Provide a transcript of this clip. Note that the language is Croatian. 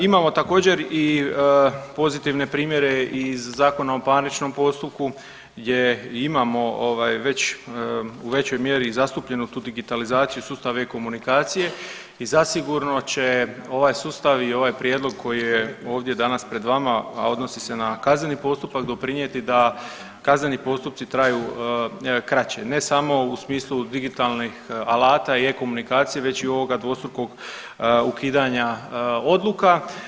Imamo također i pozitivne primjere iz Zakona o parničnom postupku gdje imamo već u većoj mjeri i zastupljenu tu digitalizaciju sustava e-komunikacije i zasigurno će ovaj sustav i ovaj prijedlog koji je ovdje danas pred vama, a odnosi se na kazneni postupak doprinijeti da kazneni postupci traju kraće ne samo u smislu digitalnih alata i e-komunikacije već i ovog dvostrukog ukidanja odluka.